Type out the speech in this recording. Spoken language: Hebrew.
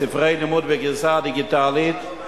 ספרי לימוד בגרסה הדיגיטלית,